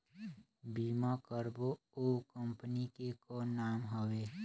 बीमा करबो ओ कंपनी के कौन नाम हवे?